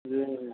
जी